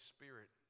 Spirit